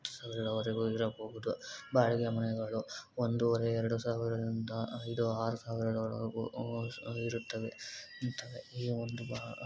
ಹತ್ತು ಸಾವಿರವರೆಗೂ ಇರಬಹುದು ಬಾಡಿಗೆ ಮನೆಗಳು ಒಂದುವರೆ ಎರಡು ಸಾವಿರದಿಂದ ಐದು ಆರು ಸಾವಿರದ ಒಳಗೂ ಇರುತ್ತವೆ ಇರ್ತವೆ ಈ ಒಂದು